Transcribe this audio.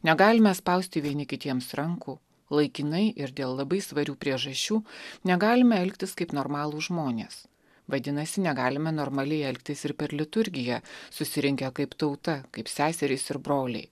negalime spausti vieni kitiems rankų laikinai ir dėl labai svarių priežasčių negalime elgtis kaip normalūs žmonės vadinasi negalime normaliai elgtis ir per liturgiją susirinkę kaip tauta kaip seserys ir broliai